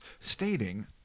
stating